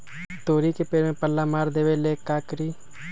तोड़ी के पेड़ में पल्ला मार देबे ले का करी?